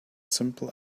simple